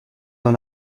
dans